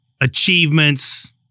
achievements